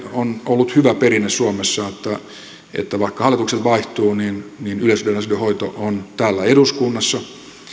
on ollut hyvä perinne suomessa että vaikka hallitukset vaihtuvat niin niin yleisradion asioiden hoito on täällä eduskunnassa